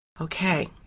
okay